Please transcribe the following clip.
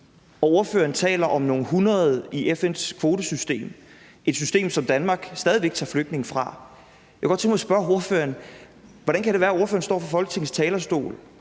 Ordføreren taler om nogle hundreder i FN's kvotesystem – et system, som Danmark stadig væk tager flygtninge fra. Jeg kunne godt tænke mig at spørge ordføreren: Hvordan kan det være, at ordføreren står på Folketingets talerstol